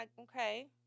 Okay